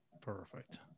perfect